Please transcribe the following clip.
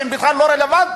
שהם בכלל לא רלוונטיים.